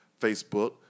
Facebook